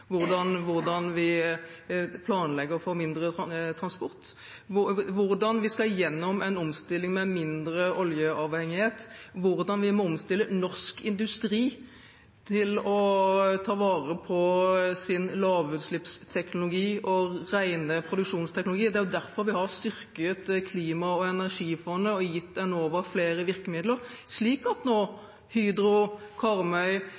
hvordan vi planlegger for mindre transport, hvordan vi skal gjennom en omstilling med mindre oljeavhengighet, hvordan vi må omstille norsk industri til å ta vare på sin lavutslippsteknologi og rene produksjonsteknologi. Det er derfor vi har styrket klima- og energifondet og gitt Enova flere virkemidler, slik at Hydro Karmøy